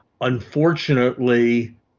unfortunately